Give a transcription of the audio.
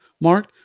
Mark